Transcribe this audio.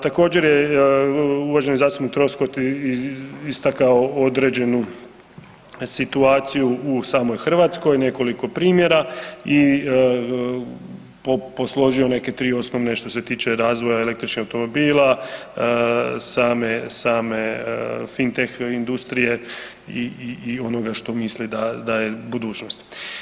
Također je uvaženi zastupnik Troskot istakao određenu situaciju u samoj Hrvatskoj, nekoliko primjera i posložio neke tri osnovne što se tiče razvoja električnih automobila, same, same fintech industrije i onoga što misli da je budućnost.